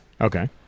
Okay